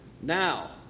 Now